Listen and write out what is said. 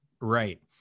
Right